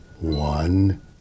one